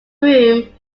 room